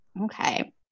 Okay